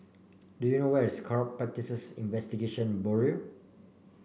do you know where is Corrupt Practices Investigation Bureau